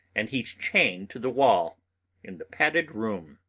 and he's chained to the wall in the padded room.